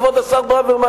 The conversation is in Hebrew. כבוד השר ברוורמן,